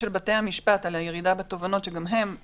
הנתונים של בתי המשפט שתיכף מגיעים על הירידה בתובענות ב2019-2020,